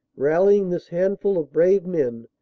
rallying this handful of brave men,